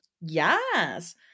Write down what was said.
Yes